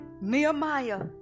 Nehemiah